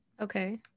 Okay